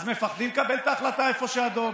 אז מפחדים לקבל את ההחלטה איפה שאדום